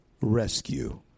rescue